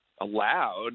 allowed